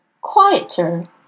quieter